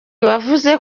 wavuze